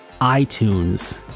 iTunes